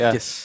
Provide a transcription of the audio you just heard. Yes